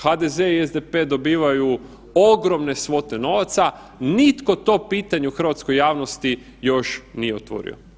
HDZ i SDP dobivaju ogromne svote novaca, nitko to pitanje u hrvatskoj javnosti još nije otvorio.